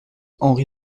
henri